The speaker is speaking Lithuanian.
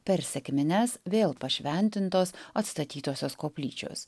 per sekmines vėl pašventintos atstatytosios koplyčios